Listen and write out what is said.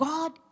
God